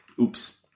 oops